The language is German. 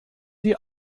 die